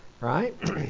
right